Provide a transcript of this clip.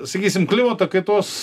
sakysime klimato kaitos